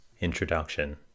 Introduction